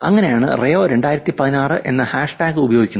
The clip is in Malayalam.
അങ്ങനെയാണ് റിയോ 2016 എന്ന ഹാഷ്ടാഗ് ഉപയോഗിക്കുന്നത്